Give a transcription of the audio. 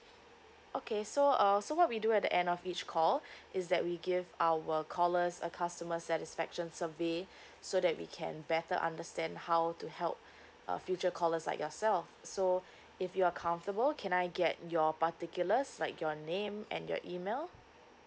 okay so uh so we do at the end of each call is that we give our callers a customer satisfaction survey so that we can better understand how to help uh future callers like yourself so if you are comfortable can I get your particulars like your name and your email